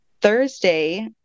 Thursday